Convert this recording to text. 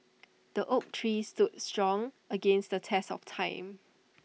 the oak tree stood strong against the test of time